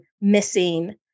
missing